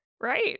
right